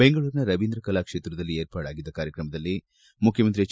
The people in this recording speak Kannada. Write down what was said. ಬೆಂಗಳೂರಿನ ರವೀಂದ್ರ ಕಲಾಕ್ಷೇತ್ರದಲ್ಲಿ ವಿರ್ಪಾಡಾಗಿದ್ದ ಕಾರ್ಯಕ್ರಮದಲ್ಲಿ ಮುಖ್ಯಮಂತ್ರಿ ಎಚ್